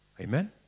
Amen